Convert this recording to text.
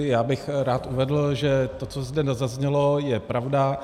Já bych rád uvedl, že to, co zde zaznělo, je pravda.